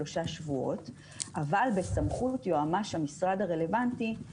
בשפות אבל הוא לא מונגש